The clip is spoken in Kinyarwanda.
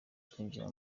kwinjira